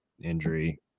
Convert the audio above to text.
injury